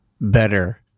better